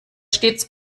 stets